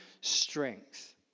strength